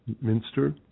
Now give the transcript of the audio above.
minster